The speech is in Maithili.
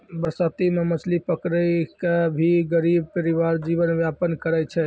बरसाती मॅ मछली पकड़ी कॅ भी गरीब परिवार जीवन यापन करै छै